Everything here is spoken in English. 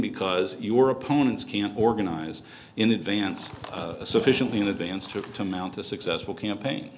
because your opponents can't organize in advance sufficiently in advance to to mount a successful campaign